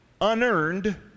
Unearned